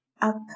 up